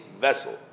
vessel